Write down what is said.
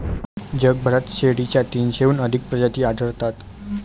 जगभरात शेळीच्या तीनशेहून अधिक प्रजाती आढळतात